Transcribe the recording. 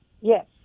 yes